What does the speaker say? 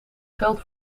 geld